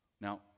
Now